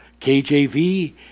KJV